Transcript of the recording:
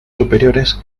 superiores